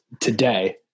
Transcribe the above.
today